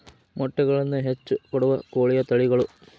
ಮೊಟ್ಟೆಗಳನ್ನ ಹೆಚ್ಚ ಕೊಡುವ ಕೋಳಿಯ ತಳಿಗಳು